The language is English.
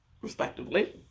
respectively